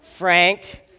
Frank